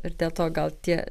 ir dėl to gal tie